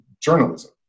journalism